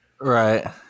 right